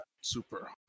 Super